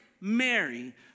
Mary